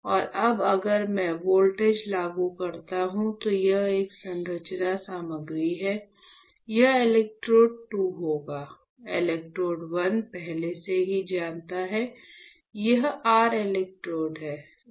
और अब अगर मैं एक वोल्टेज लागू करता हूं तो यह एक संचालन सामग्री है यह इलेक्ट्रोड 2 होगा इलेक्ट्रोड 1 पहले से ही जानता है यह r इलेक्ट्रोड 1 है